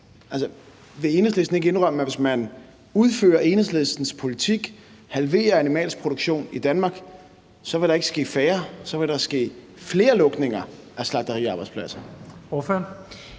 Vil Enhedslisten ikke indrømme, at der, hvis man udfører Enhedslistens politik og man halverer den animalske produktion i Danmark, så ikke vil ske færre lukninger af slagteriarbejdspladser,